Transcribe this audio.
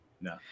No